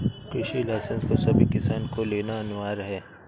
कृषि लाइसेंस को सभी किसान को लेना अनिवार्य है